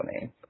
name